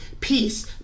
peace